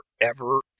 forever